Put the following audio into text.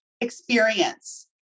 experience